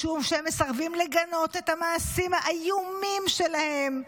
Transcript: משום שהם מסרבים לגנות את המעשים האיומים שלהם,